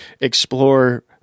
explore